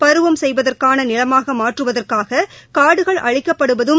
பருவம் செய்வதற்கான நிலமாக மாற்றுவதற்காக காடுகள் அழிக்கப்படுவதும்